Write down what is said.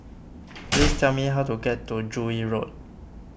please tell me how to get to Joo Yee Road